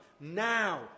Now